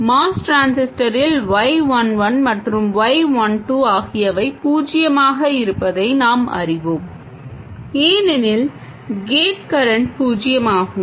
MOS டிரான்சிஸ்டரில் y 1 1 மற்றும் y 1 2 ஆகியவை பூஜ்ஜியமாக இருப்பதை நாம் அறிவோம் ஏனெனில் கேட் கரண்ட் பூஜ்ஜியமாகும்